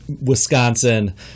Wisconsin